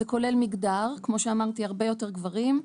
זה כולל מגדר, כמו שאמרתי הרבה יותר גברים.